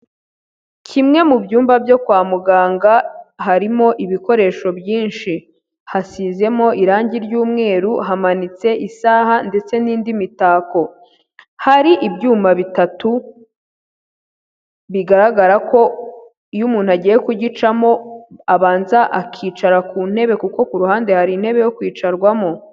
Kimwe mu byumba byo kwa muganga harimo ibikoresho byinshi, hasizemo irangi ry'umweru, hamanitse isaha ndetse n'indi mitako, hari ibyuma bitatu bigaragara ko iyo umuntu agiye kugicamo abanza akicara ku ntebe kuko ku ruhande hari intebe yo kwicarwamo.